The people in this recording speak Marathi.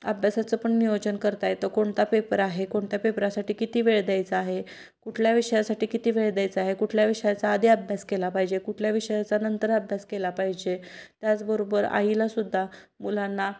अभ्यासाचं पण नियोजन करता येतं कोणता पेपर आहे कोणत्या पेपरासाठी किती वेळ द्यायचा आहे कुठल्या विषयासाठी किती वेळ द्यायचा आहे कुठल्या विषयाचा आधी अभ्यास केला पाहिजे कुठल्या विषयाचा नंतर अभ्यास केला पाहिजे त्याचबरोबर आईलासुद्धा मुलांना